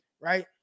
Right